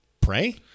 Pray